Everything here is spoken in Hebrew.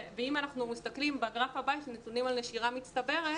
אם אנחנו מסתכלים בגרף הבא של נתונים על נשירה מצטברת,